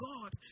God